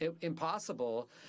impossible